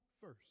first